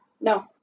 No